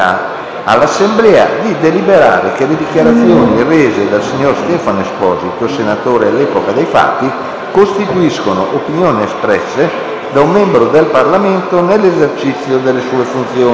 all'Assemblea di deliberare che le dichiarazioni rese dal signor Ciro Falanga, senatore all'epoca dei fatti, costituiscono opinioni espresse da un membro del Parlamento nell'esercizio delle sue funzioni